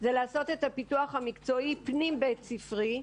זה לעשות את הפיתוח המקצועי פנים בית ספרי.